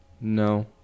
No